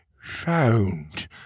found